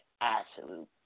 absolute